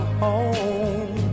home